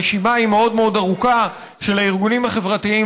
רשימה מאוד מאוד ארוכה של הארגונים החברתיים